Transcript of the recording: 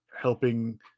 helping